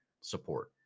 support